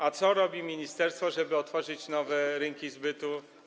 A co robi ministerstwo, żeby otworzyć nowe rynki zbytu?